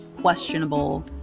questionable